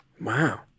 Wow